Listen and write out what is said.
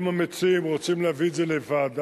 אם המציעים רוצים להביא את זה לוועדה,